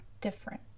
different